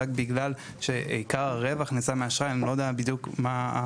רק בגלל שעיקר הרווח נעשה מהאשראי אני לא יודע בדיוק מהו